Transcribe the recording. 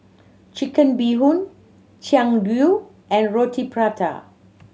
Chicken Bee Hoon chian dui and Roti Prata